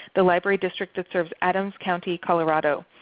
the library district that serves adams county colorado.